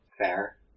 fair